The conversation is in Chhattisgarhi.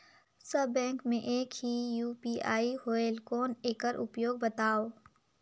सब बैंक मे एक ही यू.पी.आई होएल कौन एकर उपयोग बताव?